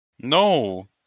No